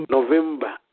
November